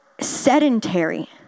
sedentary